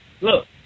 Look